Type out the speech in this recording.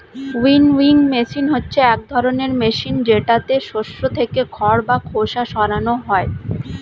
winnowing machine হচ্ছে এক ধরনের মেশিন যেটাতে শস্য থেকে খড় বা খোসা সরানো হয়